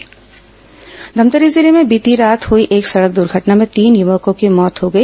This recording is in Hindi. दूर्घटना धमतरी जिले में बीती रात हई एक सड़क दुर्घटना में तीन युवकों की मौत हो गई